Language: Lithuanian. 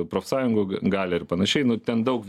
profsąjungų galią ir panašiai nu ten daug